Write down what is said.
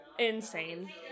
Insane